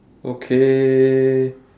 okay